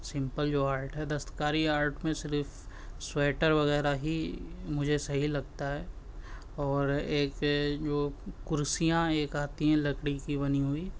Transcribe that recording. simple جو art ہے دستکاری آرٹ میں صرف سویٹر وغیرہ ہی مجھے صحیح لگتا ہے اور ایک جو کرسیاں ایک آتی ہیں لکڑی کی بنی ہوئی